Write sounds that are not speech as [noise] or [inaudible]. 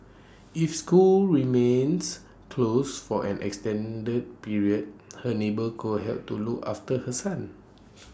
if schools remains close for an extended period her neighbour could help to look after her son [noise]